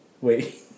Wait